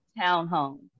townhome